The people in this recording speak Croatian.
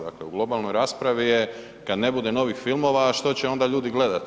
Dakle, u globalnoj raspravi je kad ne bude novih filmova, a što će onda ljudi gledati.